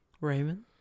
Raymond